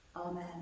Amen